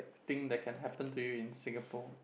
thing that can happen to you in Singapore